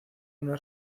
una